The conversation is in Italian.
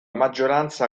maggioranza